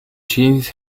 jeans